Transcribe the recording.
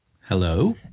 Hello